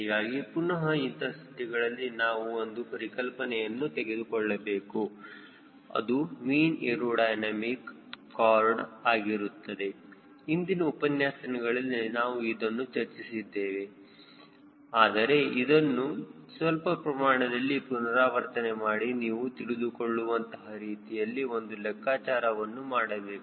ಹೀಗಾಗಿ ಪುನಃ ಇಂತಹ ಸ್ಥಿತಿಗಳಲ್ಲಿ ನಾವು ಒಂದು ಪರಿಕಲ್ಪನೆಯನ್ನು ತೆಗೆದುಕೊಳ್ಳಬೇಕು ಅದು ಮೀನ್ ಏರೋಡೈನಮಿಕ್ ಖಾರ್ಡ್ ಆಗಿರುತ್ತದೆ ಇಂದಿನ ಉಪನ್ಯಾಸಗಳಲ್ಲಿ ನಾವು ಇದನ್ನು ಚರ್ಚಿಸಿದ್ದೇವೆ ಆದರೆ ಇದನ್ನು ಸ್ವಲ್ಪ ಪ್ರಮಾಣದಲ್ಲಿ ಪುನರಾವರ್ತನೆ ಮಾಡಿ ನೀವು ತಿಳಿದುಕೊಳ್ಳುವಂತಹ ರೀತಿಯಲ್ಲಿ ಒಂದು ಲೆಕ್ಕಾಚಾರವನ್ನು ಮಾಡಬೇಕು